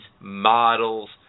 models